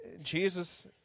Jesus